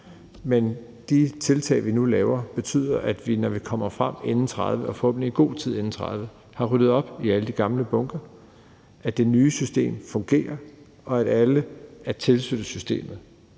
Men de tiltag, vi nu laver, betyder, at vi, inden vi kommer frem til 2030 – og forhåbentlig i god tid inden 2030 – har ryddet op i alle de gamle bunker, at det nye system fungerer, og at alle er tilknyttet systemet,